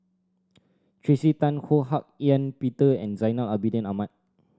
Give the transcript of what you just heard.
Tracey Tan Ho Hak Ean Peter and Zainal Abidin Ahmad